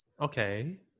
Okay